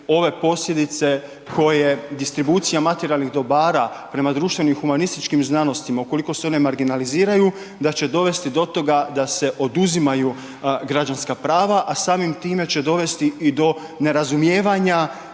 ove posljedice koje distribucija materijalnih dobara prema društvenim humanističkim znanostima, ukoliko se one marginaliziraju, da će dovesti do toga da se oduzimaju građanska prava, a samim time će dovesti i do nerazumijevanja